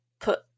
put